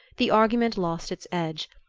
the argument lost its edge,